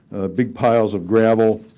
big piles of gravel,